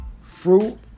fruit